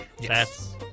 yes